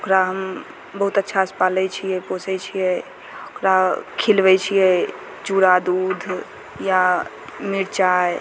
ओकरा हम बहुत अच्छा से पालै छियै पोसै छियै ओकरा खिलबै छियै चुड़ा दुध या मिरचाइ